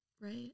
Right